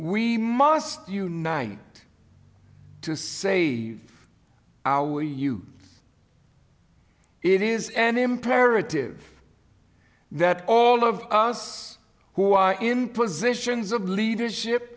we must unite to save you it is an imperative that all of us who are in positions of leadership